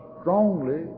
strongly